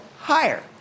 higher